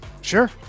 sure